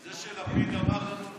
זה שלפיד אמר לנו,